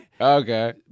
okay